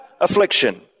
affliction